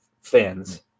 fans